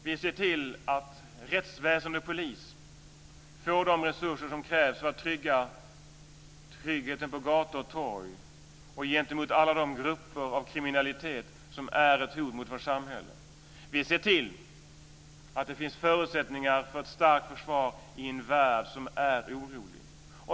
Vi ser till att rättsväsende och polis får de resurser som krävs för att säkra tryggheten på gator och torg och gentemot alla de grupper av kriminella som är ett hot mot vårt samhälle. Vi ser till att det finns förutsättningar för ett starkt försvar i en värld som är orolig.